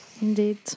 Indeed